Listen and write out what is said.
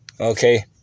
Okay